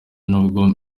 nubwo